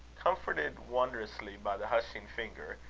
comforted wondrously by the hushing finger,